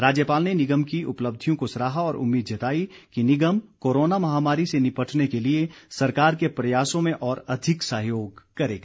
राज्यपाल ने निगम की उपलब्धियों को सराहा और उम्मीद जताई कि निगम कोरोना महामारी से निपटने के लिए सरकार के प्रयासों में और अधिक सहयोग करेगा